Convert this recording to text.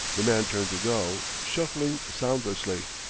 the man turned to go, shuffling soundlessly.